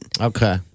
Okay